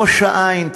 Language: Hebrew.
ראש-העין,